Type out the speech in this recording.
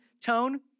tone